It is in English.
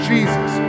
Jesus